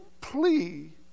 plea